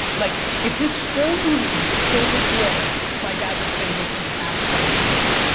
like if this whole room was filled with water my dad would say this is half glass empty.